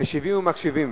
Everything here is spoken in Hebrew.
משיבים ומקשיבים.